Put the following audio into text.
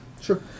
Sure